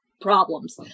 problems